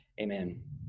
Amen